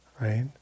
right